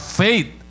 faith